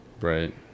Right